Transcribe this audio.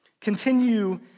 Continue